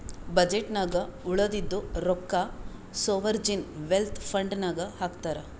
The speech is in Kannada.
ಬಜೆಟ್ ನಾಗ್ ಉಳದಿದ್ದು ರೊಕ್ಕಾ ಸೋವರ್ಜೀನ್ ವೆಲ್ತ್ ಫಂಡ್ ನಾಗ್ ಹಾಕ್ತಾರ್